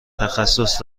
تخصص